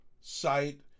site